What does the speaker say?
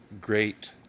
great